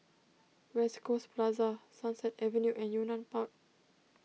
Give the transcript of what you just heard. West Coast Plaza Sunset Avenue and Yunnan Park